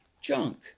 junk